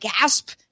gasp